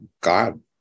God